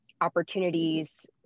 opportunities